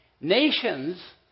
Nations